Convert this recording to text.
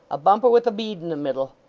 a bumper with a bead in the middle!